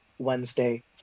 Wednesday